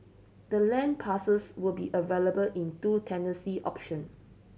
the land parcels will be available in two tenancy option